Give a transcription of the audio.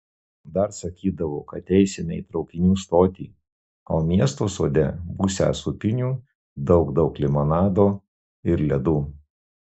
dar sakydavo kad eisime į traukinių stotį o miesto sode būsią sūpynių daug daug limonado ir ledų